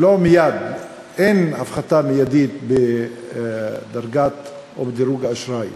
ולא מייד, אין הפחתה מיידית בדירוג האשראי.